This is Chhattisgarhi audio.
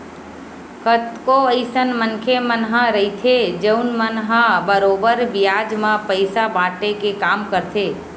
कतको अइसन मनखे मन ह रहिथे जउन मन ह बरोबर बियाज म पइसा बाटे के काम करथे